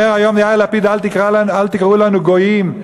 אומר היום יאיר לפיד: אל תקראו לנו גויים.